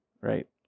right